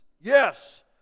Yes